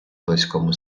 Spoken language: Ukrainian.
близькому